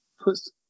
puts